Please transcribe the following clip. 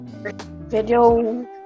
Video